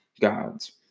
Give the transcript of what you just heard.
gods